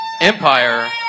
Empire